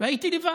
והייתי לבד.